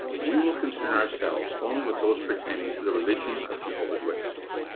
we will concern ourselves only with those pertaining to the religion of jehovah's witnesses.